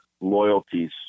loyalties